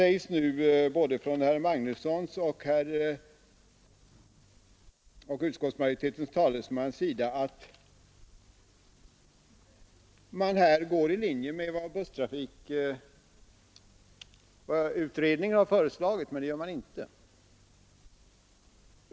Både herr Magnusson och utskottsmajoritetens talesman säger att man här går i linje med vad busstrafikutredningen föreslagit, men det gör man inte.